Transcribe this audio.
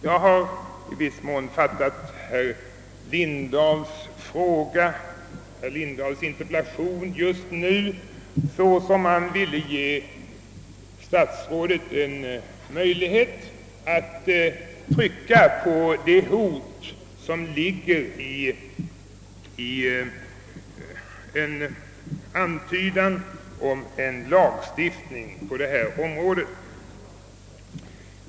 Jag har i viss mån fattat herr Lindahls interpellation just nu såsom att han ville ge statsrådet en möjlighet att trycka på det hot som ligger i en antydan om en lagstiftning på detta område.